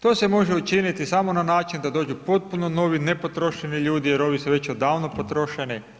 To se može učiniti samo na način da dođu potpuno novi, nepotrošeni ljudi jer ovi su već odavno potrošeni.